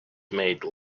made